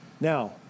Now